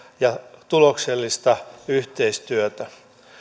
ja tuloksellista yhteistyötä